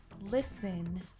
listen